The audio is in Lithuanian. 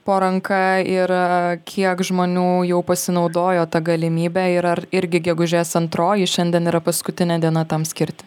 po ranka ir kiek žmonių jau pasinaudojo ta galimybe ir ar irgi gegužės antroji šiandien yra paskutinė diena tam skirti